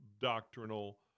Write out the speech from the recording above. doctrinal